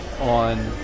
on